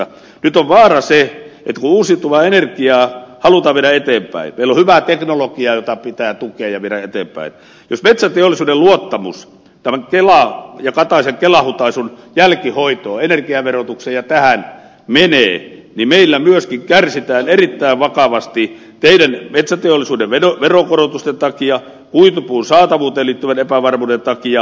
nyt on vaarana se kun uusiutuvaa energiaa halutaan viedä eteenpäin meillä on hyvää teknologiaa jota pitää tukea ja viedä eteenpäin että paitsi että metsäteollisuuden luottamus kataisen kelahutaisun jälkihoitoon energiaverotukseen ja tähän menee niin meillä myöskin kärsitään erittäin vakavasti teidän tekemienne metsäteollisuuden veronkorotusten takia kuitupuun saatavuuteen liittyvän epävarmuuden takia